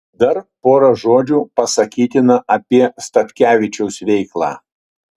dar pora žodžių pasakytina apie statkevičiaus veiklą